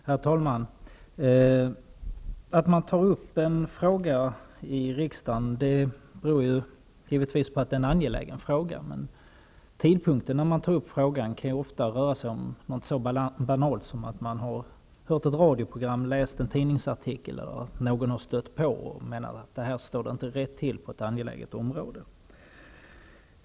Herr talman! Att man tar upp en fråga i riksdagen beror givetvis på att det är en angelägen fråga, men det avgörande för tidpunkten när man tar upp en fråga kan ofta vara något så banalt som att man har hört ett radioprogram, att man har läst en tidningsartikel eller att någon har stött på en om att det inte står rätt till på ett angeläget område.